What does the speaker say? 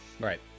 Right